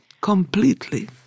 completely